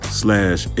slash